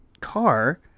car